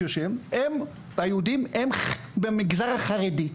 ביהודים הם במגזר החרדי.